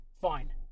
fine